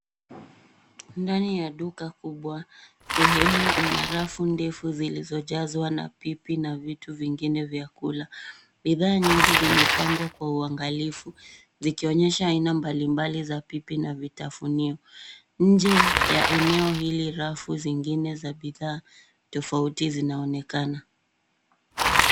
Ndani ya duka kubwa, sehemu ina rafu ndefu zilizojazwa na pipi na vitu vingine vya kula. Bidhaa nyingi zimepangwa kwa uangalifu zikionyesha aina mbalimbali za pipi na vitafunio. Nje ya eneo hili, rafu zingine za bidhaa tofauti zinaonekana.